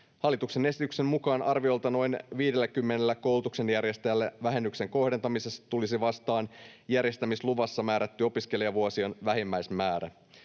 Hallituksen esityksen mukaan arviolta noin 50:llä koulutuksen järjestäjällä vähennyksen kohdentamisessa tulisi vastaan järjestämisluvassa määrätty opiskelijavuosien vähimmäismäärä.